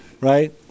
right